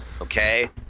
okay